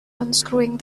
unscrewing